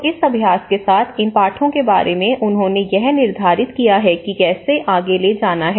तो इस अभ्यास के साथ इन पाठों के बारे में उन्होंने यह निर्धारित किया है कि इसे कैसे आगे ले जाना है